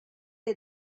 had